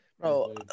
Bro